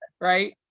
right